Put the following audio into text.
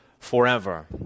Forever